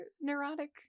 neurotic